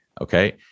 Okay